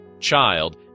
child